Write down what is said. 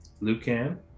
lucan